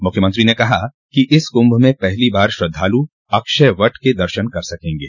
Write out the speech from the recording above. मुख्यमंत्री ने कहा कि इस कुम्भ में पहली बार श्रद्धालु अक्षय वट के दर्शन कर सकेंगे